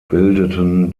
bildeten